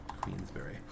Queensbury